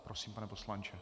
Prosím, pane poslanče.